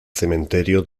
cementerio